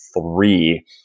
three